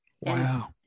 Wow